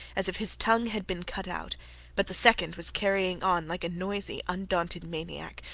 as if his tongue had been cut out but the second was carrying on like a noisy, undaunted maniac,